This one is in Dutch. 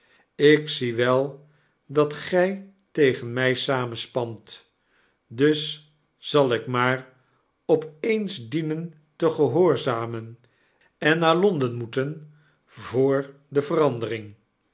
ik zie wel dat gij tegen my samenspant dus zal ik maar op eens dienen te gehoorzamen en naar l onden raoeten voor de verandering